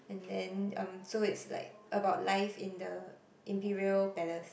and then um so it's like about life in the imperial palace